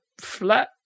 flat